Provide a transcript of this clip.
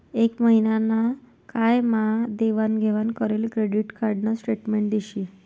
एक महिना ना काय मा देवाण घेवाण करेल क्रेडिट कार्ड न स्टेटमेंट दिशी